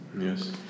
Yes